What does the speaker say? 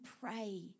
pray